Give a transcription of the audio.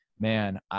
man